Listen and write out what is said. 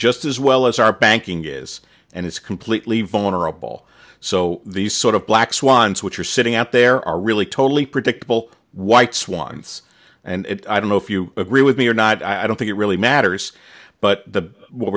just as well as our banking is and it's completely vulnerable so these sort of black swans which are sitting out there are really totally predictable white swans and i don't know if you agree with me or not i don't think it really matters but the